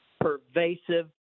pervasive